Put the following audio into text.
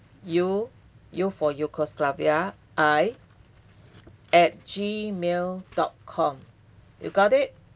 U U for yugoslavia I at gmail dot com you got it